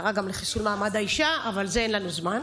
שרה גם לחיסול מעמד האישה, אבל לזה אין לנו זמן,